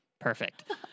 Perfect